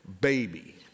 baby